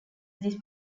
this